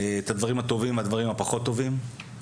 את הדברים הטובים והדברים הפחות טובים.